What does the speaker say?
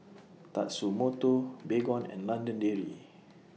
Tatsumoto Baygon and London Dairy